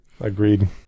Agreed